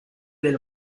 del